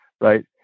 right